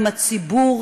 עם הציבור,